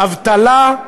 אבטלה,